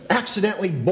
accidentally